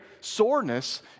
soreness